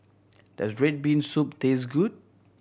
does red bean soup taste good